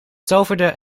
toverde